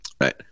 right